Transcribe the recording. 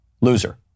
loser